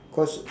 because